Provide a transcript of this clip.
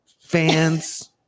fans